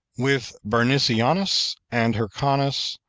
with bernicianus, and hyrcanus,